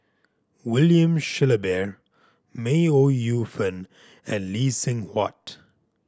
William Shellabear May Ooi Yu Fen and Lee Seng Huat